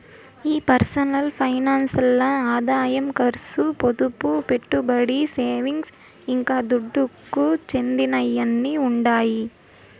ఈ personal finance ల్ల ఆదాయం కర్సు, పొదుపు, పెట్టుబడి, సేవింగ్స్, ఇంకా దుడ్డుకు చెందినయ్యన్నీ ఉండాయి